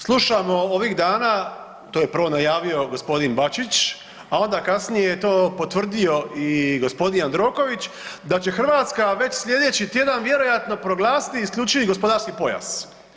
Slušamo ovih dana to je prvo najavio gospodin Bačić, a onda kasnije je to potvrdio i gospodin Jandroković da će Hrvatska već slijedeći tjedan vjerojatno proglasiti isključivi gospodarski pojas.